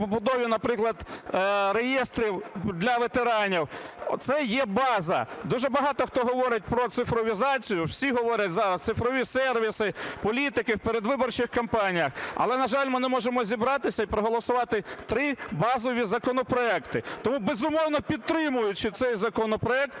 побудові, наприклад, реєстрів для ветеранів. Оце є база. Дуже багато хто говорить про цифровізацію, всі говорять зараз – цифрові сервіси – політики в передвиборчих кампаніях. Але, на жаль, ми не можемо зібратися і проголосувати три базові законопроекти. Тому, безумовно, підтримуючи цей законопроект,